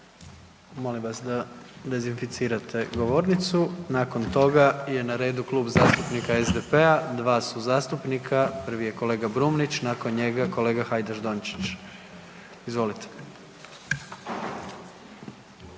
Molim vas da dezinficirate govornicu, nakon toga je na redu Klub zastupnika SDP-a. Dva su zastupnika, prvi je kolega Brumnić, nakon njega kolega Hajdaš Dončić. Izvolite.